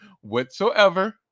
whatsoever